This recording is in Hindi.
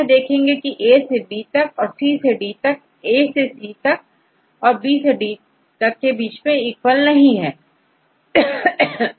यहां हम देखेंगेA से बी और C से D तक नंबर A से C और B से D के इक्वल नहीं होता